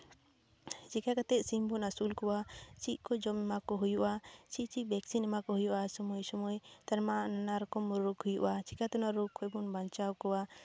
ᱪᱤᱠᱟᱹ ᱠᱟᱛᱮ ᱥᱤᱢ ᱵᱚᱱ ᱟᱹᱥᱩᱞ ᱠᱚᱣᱟ ᱪᱮᱫ ᱠᱚ ᱡᱚᱢ ᱮᱢᱟᱠᱚ ᱦᱩᱭᱩᱜᱼᱟ ᱪᱮᱫ ᱪᱮᱫ ᱵᱷᱮᱠᱥᱤᱱ ᱮᱢᱟ ᱠᱚ ᱦᱩᱭᱩᱜᱼᱟ ᱥᱚᱢᱚᱭ ᱥᱚᱢᱚᱭ ᱛᱟᱨ ᱢᱟᱱᱮ ᱱᱮᱛᱟᱨ ᱢᱟ ᱱᱟᱱᱟᱨᱚᱠᱚᱢ ᱨᱳᱜᱽ ᱦᱩᱭᱩᱜᱼᱟ ᱪᱤᱠᱟᱛᱮ ᱱᱚᱣᱟ ᱨᱳᱜᱽ ᱠᱷᱚᱱ ᱵᱚᱱ ᱵᱟᱧᱪᱟᱣ ᱠᱚᱣᱟ